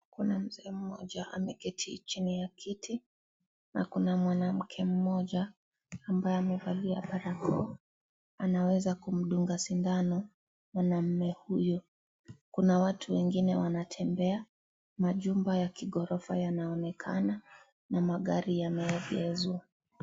Kuna mzee mmoja ameketi chini ya kiti, na kuna mwanamke mmoja ambaye amevalia barakoa, anaweza kumdunga sindano mwanaume huyu, kuna watu wengine wanatembea, majumba ya kighorofa yanaonekana, na magari yameegezwa.